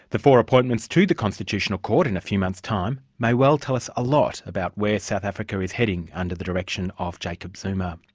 the four appointments to the constitutional court in a few months time may well tell us a lot about where south africa is heading under the direction of jacob zuma.